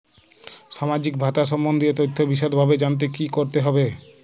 সামাজিক ভাতা সম্বন্ধীয় তথ্য বিষদভাবে জানতে কী করতে হবে?